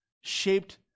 shaped